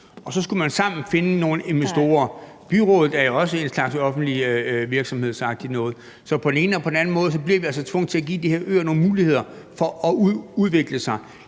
man så sammen skulle finde nogle investorer. Byrådet er jo også en slags offentlig virksomhed, så på den ene eller på den anden måde bliver vi altså tvunget til at give de her øer nogle muligheder for at udvikle sig,